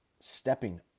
stepping